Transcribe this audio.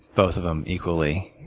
both of them equally.